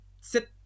sit